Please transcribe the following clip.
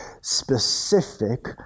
specific